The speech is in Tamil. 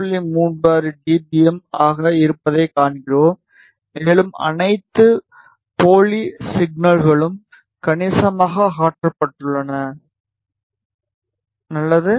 36 டிபிஎம் ஆக இருப்பதைக் காண்கிறோம் மேலும் அனைத்து போலி சிக்னல்களும் கணிசமாக அகற்றப்பட்டுள்ளன நல்லது